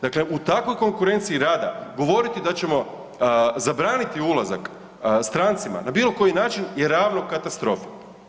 Dakle, u takvoj konkurenciji rada govoriti da ćemo zabraniti ulazak strancima na bilo koji način je ravno katastrofi.